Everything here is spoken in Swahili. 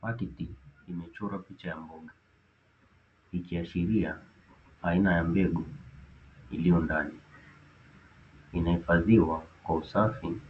Pakiti imechorwa picha ya mboga ikiashiria aina ya mbegu iliyondani, inahifadhiwa kwa usafi